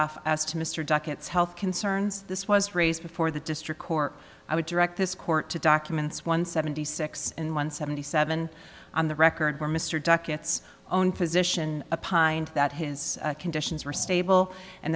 off as to mr duckett's health concerns this was raised before the district court i would direct this court to documents one seventy six and one seventy seven on the record where mr duckett's own position a pined that his conditions were stable and